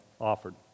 offered